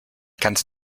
kannst